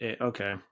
Okay